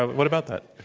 ah what about that?